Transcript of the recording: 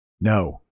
no